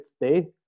day